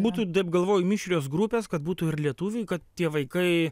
būtų taip galvoju mišrios grupės kad būtų ir lietuviai kad tie vaikai